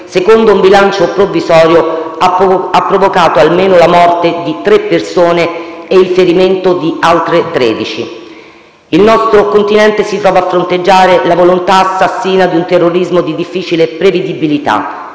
secondo un bilancio provvisorio, ha provocato la morte di almeno 3 persone e il ferimento di altre 13. Il nostro continente si ritrova a fronteggiare la volontà assassina di un terrorismo di difficile prevedibilità,